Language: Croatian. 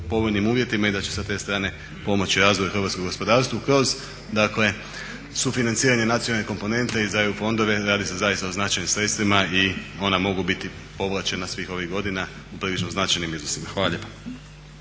povoljnim uvjetima i da će sa te strane pomoći razvoju hrvatskog gospodarstva kroz dakle sufinanciranje nacionalne komponente i za EU fondove. Radi se zaista o značajnim sredstvima i ona mogu biti povlačena svih ovih godina u prilično značajnim iznosima. Hvala lijepa.